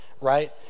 Right